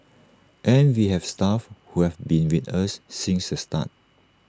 and we have staff who have been with us since the start